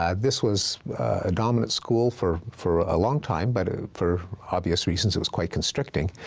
um this was a dominant school for for a long time, but for obvious reasons, it was quite constricting.